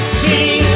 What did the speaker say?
see